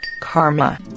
karma